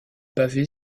pavée